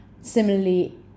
similarly